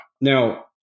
Now